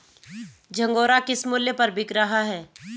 झंगोरा किस मूल्य पर बिक रहा है?